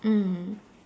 mm